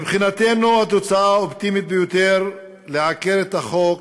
מבחינתנו התוצאה האופטימית ביותר היא לעקר את החוק,